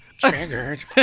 Triggered